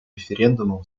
референдума